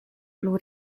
plu